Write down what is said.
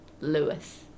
Lewis